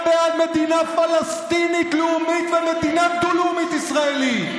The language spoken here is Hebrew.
אתה בעד מדינה פלסטינית לאומית ומדינה דו-לאומית ישראלית.